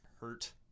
hurt